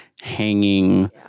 hanging